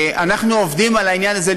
אנחנו עובדים על העניין הזה,